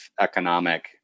economic